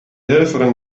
helferin